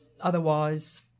otherwise